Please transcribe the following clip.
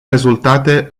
rezultate